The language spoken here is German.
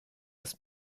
des